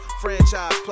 franchise